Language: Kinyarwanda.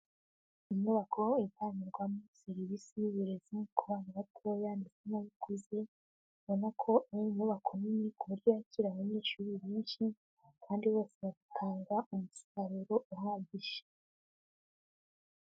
Inyubako itangirwamo serivise y'uburezi ku bana batoya ndetse n'abakuze, ubona ko ari inyubako nini ku buryo yakira abanyeshuri benshi, kandi bose batanga umusaruro uhagije.